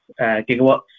gigawatts